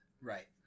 Right